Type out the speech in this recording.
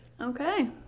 Okay